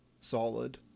solid